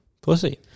Pussy